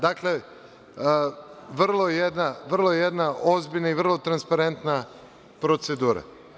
Dakle, vrlo jedna ozbiljna i vrlo transparentna procedura.